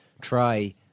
try